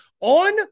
on